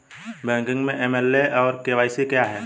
Banking में AML और KYC क्या हैं?